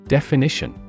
Definition